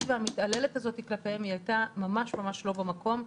והמתעללת הזאת כלפיהם הייתה ממש ממש לא במקום,